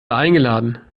eingeladen